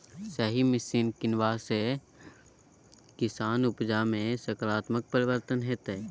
सही मशीन कीनबाक सँ किसानक उपजा मे सकारात्मक परिवर्तन हेतै